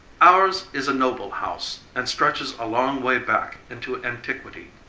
ours is a noble house, and stretches a long way back into antiquity.